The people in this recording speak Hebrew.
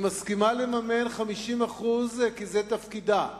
היא מסכימה לממן 50% כי זה תפקידה,